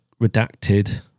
redacted